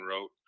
wrote